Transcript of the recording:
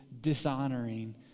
dishonoring